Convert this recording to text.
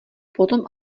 potom